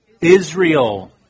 Israel